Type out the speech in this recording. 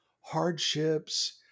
hardships